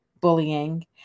bullying